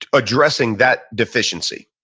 addressing that deficiency.